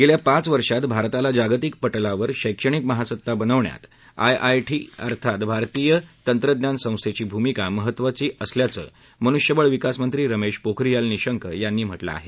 येत्या पाच वर्षात भारताला जागतिक पटलावर शैक्षणिक महासत्ता बनवण्यात आयआयटी अर्थात भारतीय तंत्रज्ञान संस्थेची भुमिका महत्त्वाचं असल्याचं मनुष्यबळ विकासमंत्री रमेश पोखरियाल निशंक यांनी म्हटलं आहे